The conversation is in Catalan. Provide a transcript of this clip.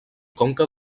conca